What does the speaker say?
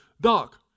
Doc